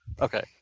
Okay